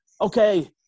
okay